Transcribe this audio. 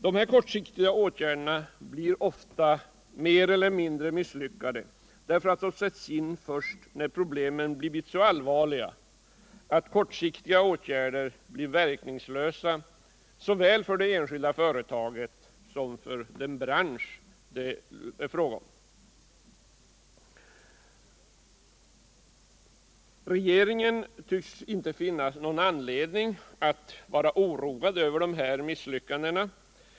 Dessa kortsiktiga åtgärder blir ofta mer eller mindre misslyckade, därför att de sätts in först när problemen blivit allvarliga. De kortsiktiga åtgärderna blir verkningslösa såväl för det enskilda företaget som för branschen i fråga. Regeringen tycks dock inte finna någon anledning till oro över dessa misslyckanden.